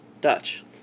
Dutch